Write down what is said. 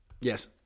Yes